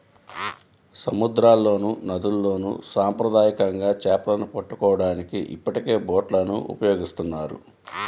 సముద్రాల్లోనూ, నదుల్లోను సాంప్రదాయకంగా చేపలను పట్టుకోవడానికి ఇప్పటికే బోట్లను ఉపయోగిస్తున్నారు